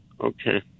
Okay